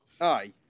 Aye